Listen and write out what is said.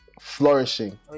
Flourishing